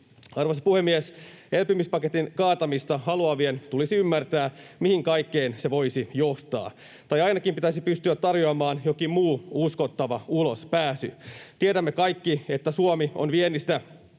Arvoisa puhemies! Elpymispaketin kaatamista haluavien tulisi ymmärtää, mihin kaikkeen se voisi johtaa, tai ainakin pitäisi pystyä tarjoamaan jokin muu uskottava ulospääsy. Tiedämme kaikki, että Suomi on viennistä